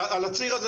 על הציר הזה,